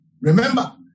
Remember